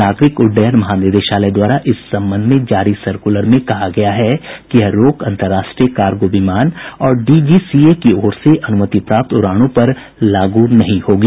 नागरिक उड्डयन महानिदेशालय द्वारा इस संबंध में जारी सर्कुलर में कहा गया है कि यह रोक अन्तरराष्ट्रीय कारगो विमान और डीजीसीए की ओर से अनुमति प्राप्त उड़ानों पर लागू नहीं होगी